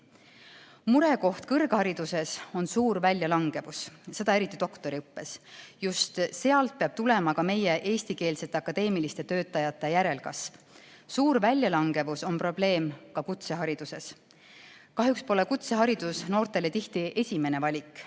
Murekoht kõrghariduses on suur väljalangevus, seda eriti doktoriõppes. Just sealt peab tulema meie eestikeelsete akadeemiliste töötajate järelkasv. Suur väljalangevus on probleem ka kutsehariduses. Kahjuks pole kutseharidus noortele tihti esimene valik,